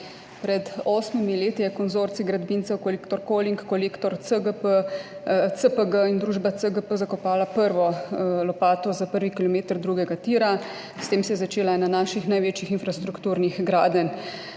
Pred osmimi leti je konzorcij gradbincev Kolektor Koling, Kolektor CPG in družba CGP zakopal prvo lopato za prvi kilometer drugega tira. S tem se je začela ena naših največjih infrastrukturnih gradenj.